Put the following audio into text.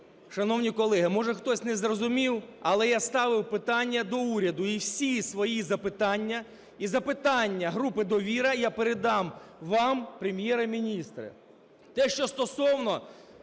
Шановні колеги, може хтось не зрозумів, але я ставив питання до уряду і всі свої запитання, і запитання групи "Довіра" я передам вам, Прем'єре-міністре.